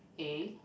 A